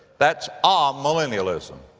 that's ah amillennialism.